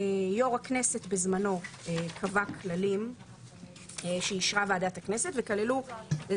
יו"ר הכנסת בזמנו קבע כללים שאישרה ועדת הכנסת - זה